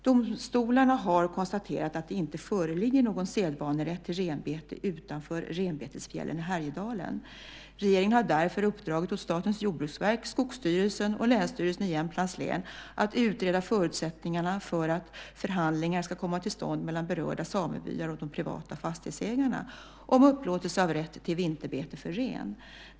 Domstolarna har konstaterat att det inte föreligger någon sedvanerätt till renbete utanför renbetesfjällen i Härjedalen. Regeringen har därför uppdragit åt Statens jordbruksverk, Skogsstyrelsen och Länsstyrelsen i Jämtlands län att utreda förutsättningarna för att förhandlingar ska komma till stånd mellan berörda samebyar och de privata fastighetsägarna om upplåtelse av rätt till vinterbete för ren.